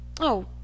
Oh